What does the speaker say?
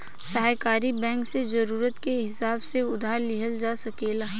सहकारी बैंक से जरूरत के हिसाब से उधार लिहल जा सकेला